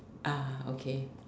ah okay